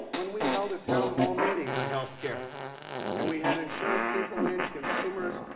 when we held a town hall meeting on healthcare and we had insurance people in, consumers,